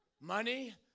money